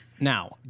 Now